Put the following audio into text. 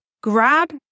grab